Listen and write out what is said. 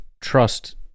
trust